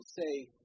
say